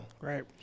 Right